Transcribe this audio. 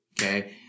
okay